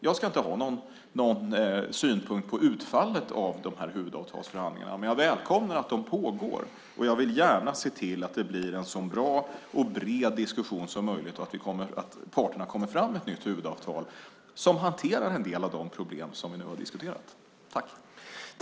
Jag ska inte ha någon synpunkt på utfallet av de här huvudavtalsförhandlingarna, men jag välkomnar att de pågår. Jag vill gärna se till att det blir en så bra och bred diskussion som möjligt och att parterna kommer fram med ett nytt huvudavtal som hanterar en del av de problem som vi nu har diskuterat.